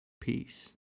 peace